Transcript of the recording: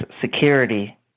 security